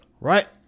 Right